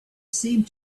seemed